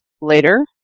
later